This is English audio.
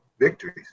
victories